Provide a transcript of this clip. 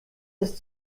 ist